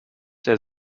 der